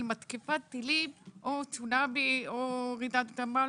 של מתקפת טילים, צונאמי או רעידת אדמה.